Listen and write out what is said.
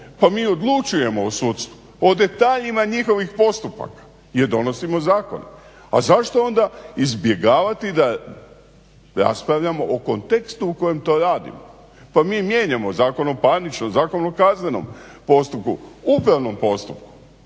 pa mi odlučujemo o sudstvu o detaljima njihovih postupaka jer donosimo zakone. A zašto onda izbjegavati da raspravljamo o kontekstu u kojem to radimo. Pa mi mijenjamo Zakon o parničnom, Zakon o kaznenom postupku, upravnom postupku,